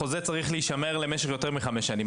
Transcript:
החוזה צריך להישמר למשך יותר מחמש שנים.